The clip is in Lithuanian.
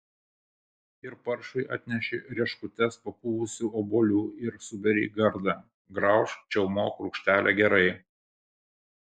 ir paršui atneši rieškutes papuvusių obuolių ir suberi į gardą graužk čiaumok rūgštelė gerai